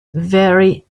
vary